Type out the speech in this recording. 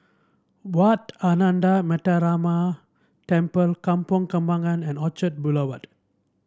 Wat Ananda Metyarama Temple Kampong Kembangan and Orchard Boulevard